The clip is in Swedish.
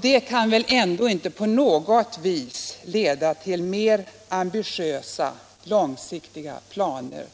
Det kan väl inte på något vis leda till mer ambitiösa långsiktiga planer